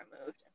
removed